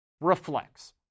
reflects